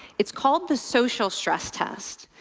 it's called the social stress test.